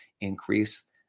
increase